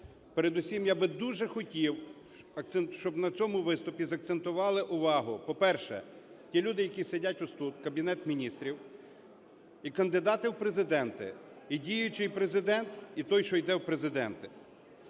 Передусім я би дуже хотів, щоб на цьому виступі закцентували увагу, по-перше, ті люди, які сидять ось тут, Кабінет Міністрів, і кандидати в президенти, і діючий Президент, і той, що іде в Президенти.